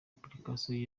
application